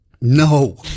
No